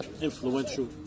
influential